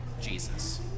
Jesus